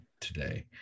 today